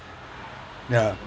ya